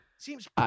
Seems